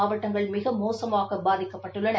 மாவட்டங்கள் மிக மோசமாக பாதிக்கப்பட்டுள்ளன